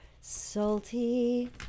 salty